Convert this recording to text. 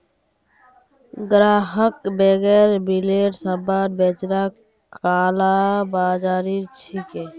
ग्राहकक बेगैर बिलेर सामान बेचना कालाबाज़ारी छिके